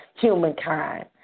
humankind